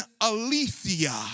aletheia